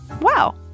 Wow